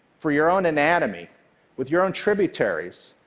for your own anatomy with your own tributaries,